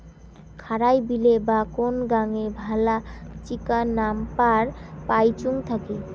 খারাই বিলে বা কোন গাঙে ভালা চিকা নাম্পার পাইচুঙ থাকি